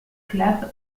club